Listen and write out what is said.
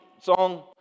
song